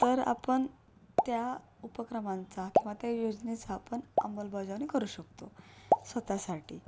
तर आपण त्या उपक्रमांचा किंवा त्या योजनेचा आपण अंमलबजावणी करू शकतो स्वत साठी